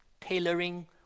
tailoring